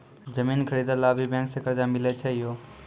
जमीन खरीदे ला भी बैंक से कर्जा मिले छै यो?